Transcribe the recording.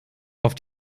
auf